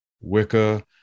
Wicca